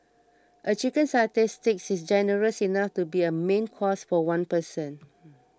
a Chicken Satay Stick is generous enough to be a main course for one person